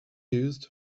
used